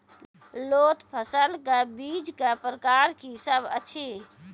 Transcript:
लोत फसलक बीजक प्रकार की सब अछि?